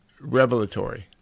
revelatory